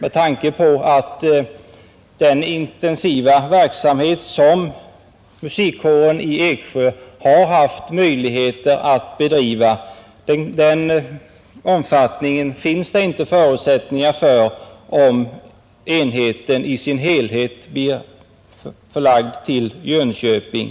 En lika intensiv verksamhet som musikkåren i Eksjö har möjlighet att bedriva finns det inte förutsättningar för, om enheten i sin helhet blir förlagd till Jönköping.